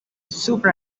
super